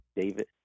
David